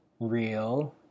real